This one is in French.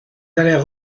allaient